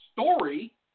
story